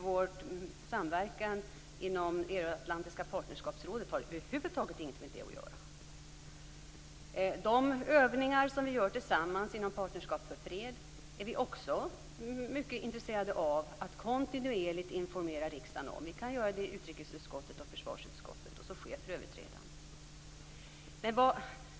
Vår samverkan inom Euroatlantiska partnerskapsrådet har över huvud taget ingenting med det att göra. De övningar som genomförs tillsammans med Partnerskap för fred är vi också mycket intresserade av att kontinuerligt informera riksdagen om. Vi kan göra det i utrikesutskottet och i försvarsutskottet. Så sker för övrigt redan.